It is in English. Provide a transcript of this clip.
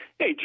Hey